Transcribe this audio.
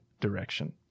direction